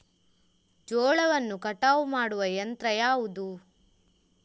ಜೋಳವನ್ನು ಕಟಾವು ಮಾಡುವ ಯಂತ್ರ ಯಾವುದು?